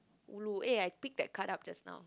ulu eh I pick that card up just now